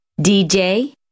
DJ